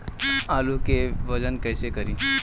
आलू के वजन कैसे करी?